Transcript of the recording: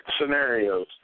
scenarios